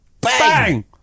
Bang